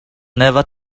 never